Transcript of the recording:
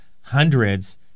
hundreds